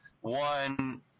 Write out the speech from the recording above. One